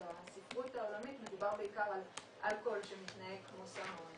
בספרות העולמית מדובר בעיקר על אלכוהול שמתנהג כמו סם אונס.